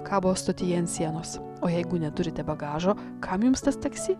kabo stotyje ant sienos o jeigu neturite bagažo kam jums tas taksi